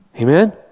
Amen